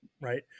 right